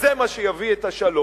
וזה מה שיביא את השלום,